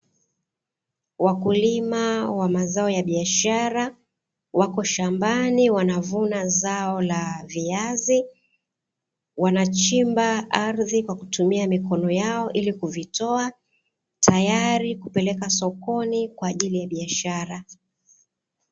Wakulima wa mazao ya biashara wapo shambani wanavuna zao la viazi, wanachimba ardhi kwa kutumia mikono yao ili kuvitoa tayari kupeleka sokoni kwa ajili ya biashara.